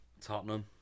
Tottenham